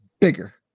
bigger